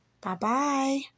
Bye-bye